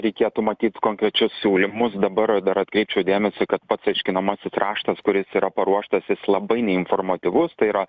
reikėtų matyt konkrečius siūlymus dabar dar atkreipčiau dėmesį kad pats aiškinamasis raštas kuris yra paruoštas jis labai neinformatyvus tai yra